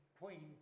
queen